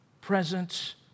presence